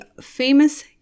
famous